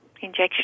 injection